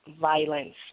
Violence